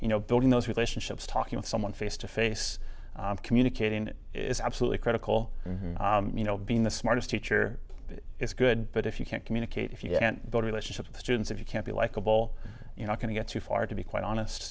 you know building those relationships talking with someone face to face communicating is absolutely critical and you know being the smartest teacher is good but if you can't communicate if you can't build relationships with students if you can't be likable you're not going to get too far to be quite honest